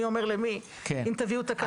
מי אומר למי אם תביאו תקנות,